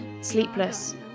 sleepless